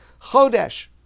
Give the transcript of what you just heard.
chodesh